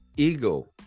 ego